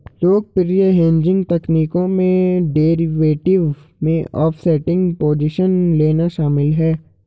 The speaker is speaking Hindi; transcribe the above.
लोकप्रिय हेजिंग तकनीकों में डेरिवेटिव में ऑफसेटिंग पोजीशन लेना शामिल है